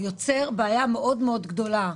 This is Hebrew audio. הוא יוצר בעיה מאוד מאוד גדולה.